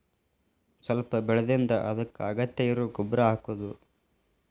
ಸ್ವಲ್ಪ ಬೆಳದಿಂದ ಅದಕ್ಕ ಅಗತ್ಯ ಇರು ಗೊಬ್ಬರಾ ಹಾಕುದು